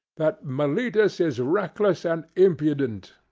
that meletus is reckless and impudent,